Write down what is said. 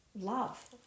love